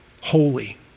holy